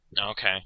Okay